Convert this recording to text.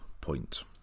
point